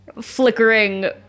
Flickering